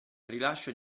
rilascio